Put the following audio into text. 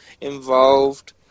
involved